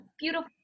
beautiful